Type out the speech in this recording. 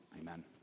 Amen